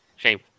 Shame